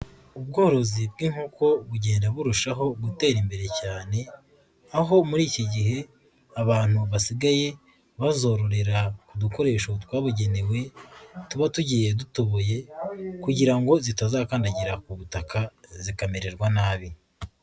Ubworozi bw'inkoko bugenda burushaho gutera imbere cyane, aho muri iki gihe abantu basigaye bazororera ku dukoresho twabugenewe tuba tugiye dutoboye kugira ngo zitazakandagira ku butaka zikamererwa nabi.